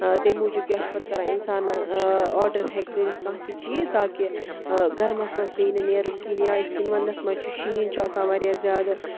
تمہِ موٗجوٗب کیٛاہ چھُ پَتہٕ کَران اِنسانس آرڈر ہٮ۪کہِ کٔرِتھ کانٛہہ تہِ چیٖز تاکہِ گَرمس منٛز پیٚنہٕ نٮ۪رُن کِہیٖنۍ یا اِتھ کٔنۍ ونٛدس منٛز چھُ شیٖن چھُ آسان وارِیاہ زیادٕ